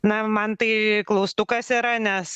na man tai klaustukas yra nes